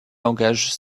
langages